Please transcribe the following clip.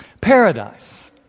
Paradise